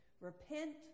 Repent